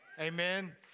Amen